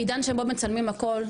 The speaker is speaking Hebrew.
בעידן שבו מצלמים הכול,